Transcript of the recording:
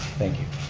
thank you.